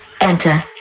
Enter